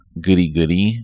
goody-goody